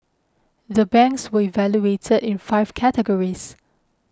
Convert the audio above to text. the banks were evaluated in five categories